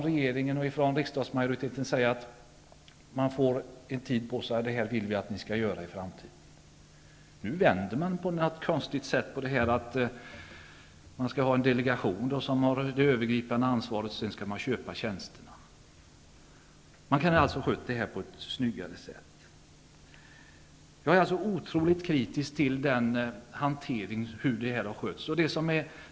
Regeringen och riksdagsmajoriteten kunde ha sagt att Turistrådet fick en tid på sig och vissa uppgifter att fullgöra. Nu vänder man på det, på något konstigt sätt, och säger att det skall vara en delegation som har det övergripande ansvaret, och den skall köpa tjänsterna. Man kunde ha skött detta på ett snyggare sätt. Jag är oerhört kritisk till hur detta har skötts.